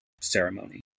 ceremony